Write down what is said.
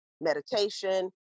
meditation